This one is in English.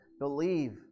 Believe